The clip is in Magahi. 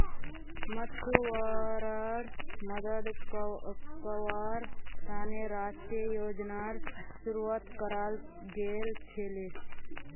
मछुवाराड मदद कावार तने राष्ट्रीय योजनार शुरुआत कराल गेल छीले